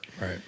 right